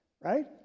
Right